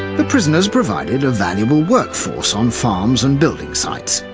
the prisoners provided a valuable workforce on farms and building sites.